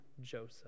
Joseph